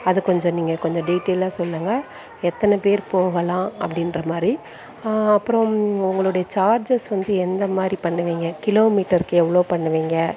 அதை கொஞ்சம் நீங்கள் கொஞ்சம் டீடைல்லாக சொல்லுங்கள் எத்தனை பேர் போகலாம் அப்படின்ற மாதிரி அப்புறம் உங்களுடைய சார்ஜஸ் வந்து எந்த மாதிரி பண்ணுவீங்க கிலோமீட்டருக்கு எவ்வளோ பண்ணுவீங்க